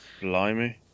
Blimey